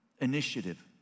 Initiative